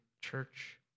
church